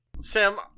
sam